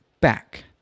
back